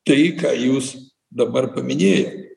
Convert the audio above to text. tai ką jūs dabar paminėjot